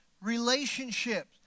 relationships